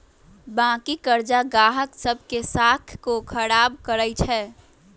बाँकी करजा गाहक सभ के साख को खराब करइ छै